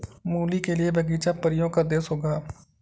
मूली के लिए बगीचा परियों का देश होगा